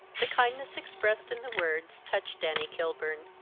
the kindness expressed in the words touched annie kilburn.